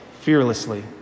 fearlessly